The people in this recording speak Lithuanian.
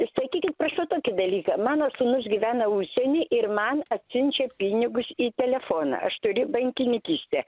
sakykit prašau tokių dalykų mano sūnus gyvena užsieny ir man atsiunčia pinigus į telefoną aš turiu bankinikystę